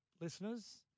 listeners